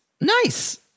nice